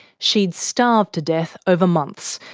she'd starved to death over months,